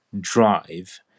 drive